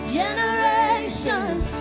generations